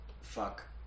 fuck